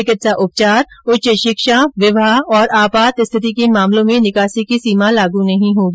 चिकित्सा उपचार उच्च शिक्षा विवाह और आपात स्थिति के मामलों में निकासी की सीमा लागू नहीं होगी